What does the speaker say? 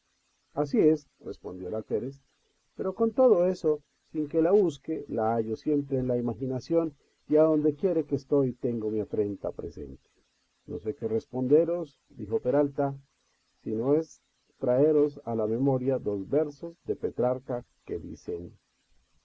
así es respondió el alférez pero con todo eso sin que la busque la hallo siempre en la imaginación y adonde quiere que estoy tengo mi afrenta presente no sé qué responderos dijo peralta si no es traeros a la memoria dos versos de petrarca que dicen